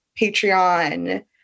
Patreon